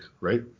right